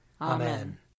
Amen